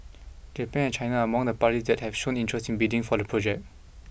Japan and China are among the parties that have shown interest in bidding for the project